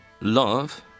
love